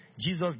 Jesus